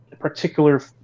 particular